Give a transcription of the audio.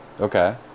okay